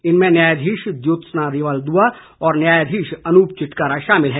इनमें न्यायाधीश ज्योत्सना रिवाल दुआ और न्यायाधीश अनूप चिटकारा शामिल है